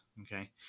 okay